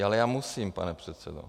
Ale já musím, pane předsedo.